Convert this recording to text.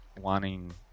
wanting